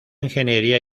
ingeniería